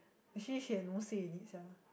she sian no say any sia